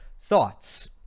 Thoughts